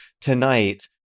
tonight